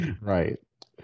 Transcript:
right